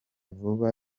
vuba